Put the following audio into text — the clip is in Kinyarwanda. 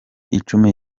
icumi